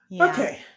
Okay